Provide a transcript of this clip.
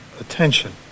attention